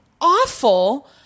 awful